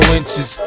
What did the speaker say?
inches